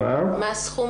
הסכום